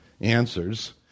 answers